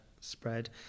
spread